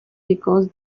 because